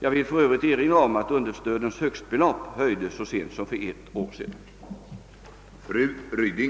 Jag vill för övrigt erinra om att understödens högstbelopp höjdes så sent som för ett år sedan.